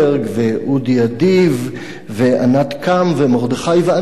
ואודי אדיב וענת קם ומרדכי ואנונו,